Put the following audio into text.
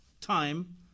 time